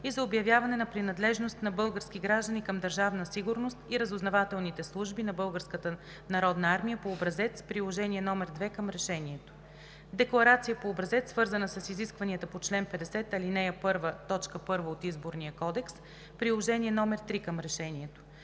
и за обявяване на принадлежност на български граждани към Държавна сигурност и разузнавателните служби на Българската народна армия по образец – Приложение № 2 към решението; - декларация по образец, свързана с изискванията по чл. 50, ал. 1, т. 1 от Изборния кодекс – Приложение № 3 към решението.